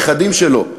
הנכדים שלו.